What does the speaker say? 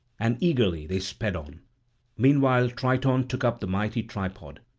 and eagerly they sped on meanwhile triton took up the mighty tripod,